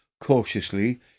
Cautiously